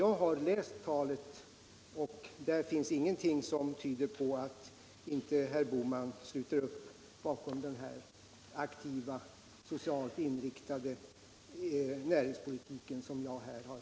Jag har läst talet, och där finns ingenting som tyder på att herr Bohman inte sluter upp bakom den aktiva, socialt inriktade näringspolitik jag här redogjort för.